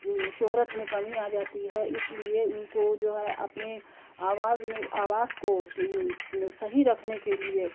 شہرت میں کمی آ جاتی ہے اس لیے ان کو جو ہے اپنی آواز میں آواز کو صحیح رکھنے کے لیے